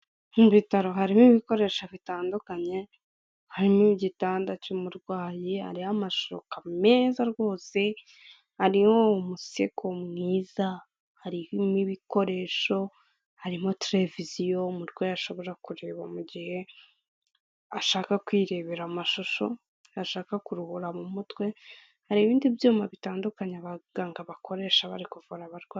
Mu bitaro harimo ibikoresho bitandukanye. Harimo igitanda cy'umurwayi, hari amashuka meza rwose, hari umusego mwiza, harimo ibikoresho, harimo televiziyo umurwayi ashobora kureba mu gihe ashaka kwirebera amashusho yashaka kuruhura mu mutwe. Hari ibindi byuma bitandukanye abaganga bakoresha bari kuvura abarwayi.